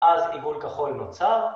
אז עיגול כחול נוצר,